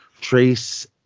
Trace